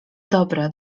dobry